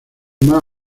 más